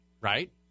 right